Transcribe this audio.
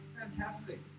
fantastic